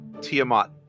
Tiamat